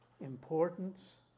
importance